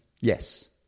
Yes